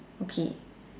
okay